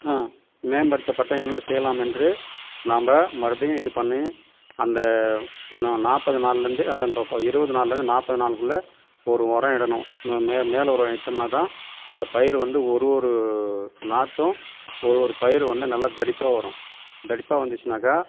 மேம்படுத்தப்பட்ட என்று நாம்ப மறுபுடியும் இது பண்ணி அந்த நா நாற்பது நாள்லருந்து அந்த இப்போ இப்போ இருபது நாள்லேருந்து நாப்பது நாளுக்குள்ளே ஒரு உரம் இடணும் மே மேல் உரம் இட்டோம்னா தான் அந்த பயிர் வந்து ஒரு ஒரு நாற்றும் ஒரு ஒரு பயிர் வந்து நல்ல தடிப்பாக வரும் தடிப்பாக வந்துச்சுன்னாக்கா